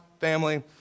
family